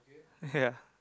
ya